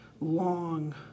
long